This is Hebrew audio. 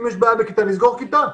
אם יש בעיה בכיתה נסגור כיתה.